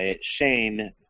Shane